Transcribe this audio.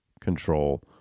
control